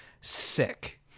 sick